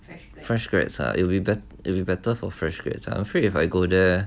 fresh grads ah it'll it'll be better for fresh grads I'm afraid if I go there